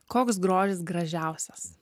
koks grožis gražiausias